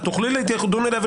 תוכלו להתייחס אליו.